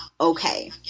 okay